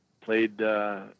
played